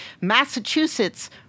Massachusetts